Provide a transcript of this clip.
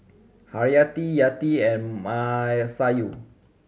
Haryati Yati and Masayu